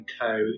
Co